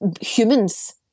humans